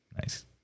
Nice